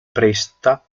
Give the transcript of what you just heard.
presta